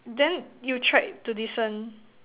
then you tried to listen